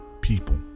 people